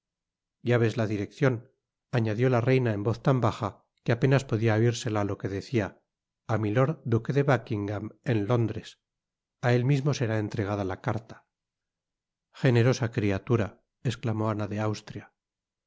ya ves la direccion añadió la reina en voz tan baja que apenas podia oirsela lo que decia a milord duque de buckingam en londres a él mismo será entregada la carta generosa criatura esclamó ana de austria